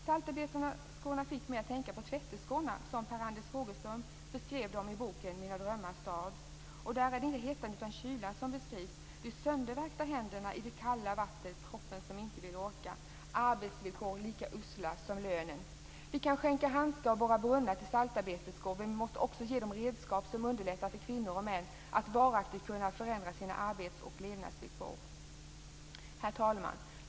Saltarbeterskorna fick mig att tänka på tvätterskorna som Per Anders Fogelström beskrev dem i boken Mina drömmars stad. Där är det inte hettan utan kylan som beskrivs. De söndervärkta händerna i det kalla vattnet, kroppen som inte vill orka och arbetsvillkor lika usla som lönen. Vi kan skänka handskar och borra brunnar till saltarbeterskor. Men vi måste också ge dem redskap som underlättar för kvinnor och män att varaktigt kunna förändra sina arbets och levnadsvillkor. Herr talman!